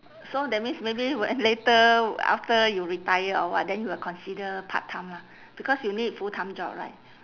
so that means maybe when later after you retire or what then you will consider part time lah because you need full time job right